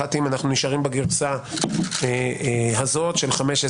ואחת היא אם אנחנו נשארים בגרסה הזאת של 15